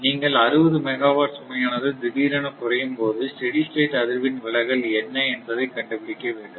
நீங்கள் 60 மெகாவாட் சுமையானது திடீரென குறையும்போது ஸ்டெடி ஸ்டேட் அதிர்வெண் விலகல் என்ன என்பதை கண்டுபிடிக்க வேண்டும்